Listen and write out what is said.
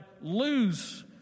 lose